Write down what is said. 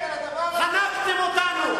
חנקתם אותנו.